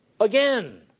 again